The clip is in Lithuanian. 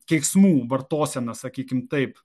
keiksmų vartoseną sakykime taip